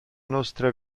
nostra